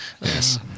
Yes